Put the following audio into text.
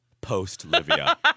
post-Livia